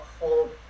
hold